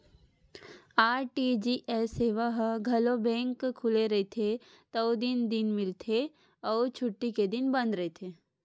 RTGS सेवा ह घलो बेंक खुले रहिथे तउने दिन मिलथे अउ छुट्टी के दिन बंद रहिथे